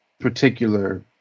particular